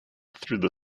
through